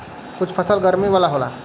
कुछ फसल गरमी वाला होला